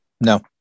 No